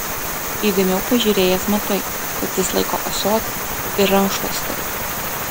įdėmiau pažiūrėjęs matai kad jis laiko ąsotį ir rankšluostį